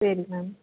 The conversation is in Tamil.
சரி மேம்